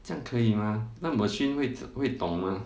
这样可以吗那 machine 会会懂吗